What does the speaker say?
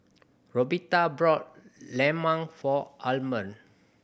Roberta bought lemang for Armond